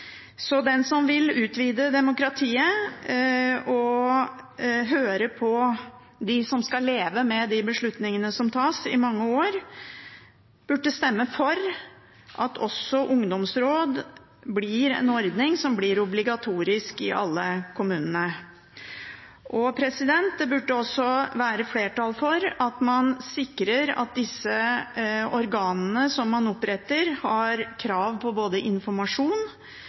Så den som vil utvide demokratiet, og høre på dem som skal leve med de beslutningene som tas, i mange år, burde stemme for at også ungdomsråd blir en obligatorisk ordning i alle kommunene. Det burde også være flertall for at man sikrer at organene man oppretter, har krav på både informasjon